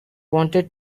wanted